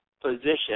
position